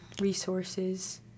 resources